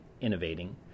innovating